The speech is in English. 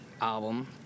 album